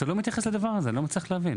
אתה לא מתייחס לדבר הזה; אני לא מצליח להבין.